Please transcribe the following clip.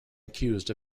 accused